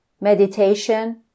meditation